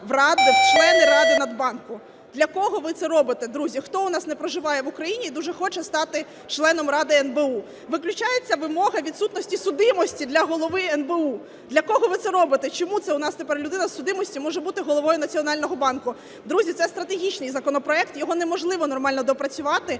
в члени Ради Нацбанку. Для кого ви це робите, друзі? Хто у нас не проживає в Україні і дуже хоче стати членом Ради НБУ? Виключається вимога відсутності судимості для Голови НБУ. Для кого ви це робите? Чому це в нас тепер людина із судимістю може бути Головою Національного банку? Друзі, це стратегічний законопроект, його неможливо нормально доопрацювати,